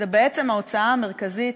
זה בעצם ההוצאה המרכזית,